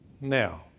Now